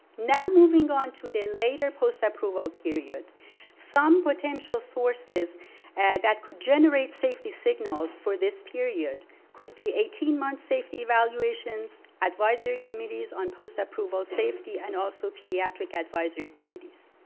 now moving on to the later post-approval some potential sources and that could generate safety signals for this period could be eighteen months safety evaluations, advisory committees on post-approval safety, and also pediatric advisory committees,